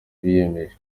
biyemeje